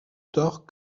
torts